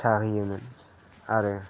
फिसा होयोमोन आरो